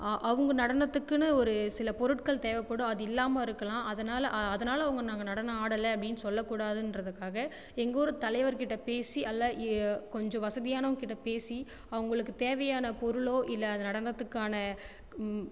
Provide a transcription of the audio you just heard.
அவங்க நடனத்துக்குன்னு ஒரு சில பொருட்கள் தேவைப்படும் அது இல்லாமல் இருக்கலாம் அதனால் அதனால் அவங்க நாங்கள் நடனம் ஆடலை அப்படின்னு சொல்ல கூடாதுன்றதுக்காக எங்கள் ஊர் தலைவருக்கிட்ட பேசி நல்லா கொஞ்சம் வசதியானவங்ககிட்ட பேசி அவங்களுக்குத் தேவையான பொருளோ இல்லை அது நடனத்துக்கான